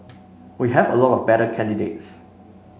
we have a lot of better candidates